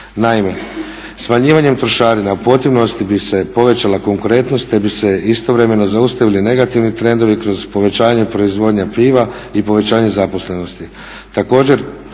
Naime, smanjivanjem trošarina u protivnosti bi se povećala konkurentnost te bi se istovremeno zaustavili negativni trendovi kroz povećanje proizvodnje piva i povećanje zaposlenosti.